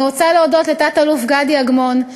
אני רוצה להודות לתת-אלוף גדי אגמון,